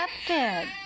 accepted